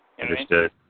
Understood